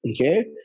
okay